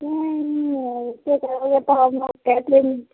नहीं ऐसे थोड़ी होता है हम लोग गए थे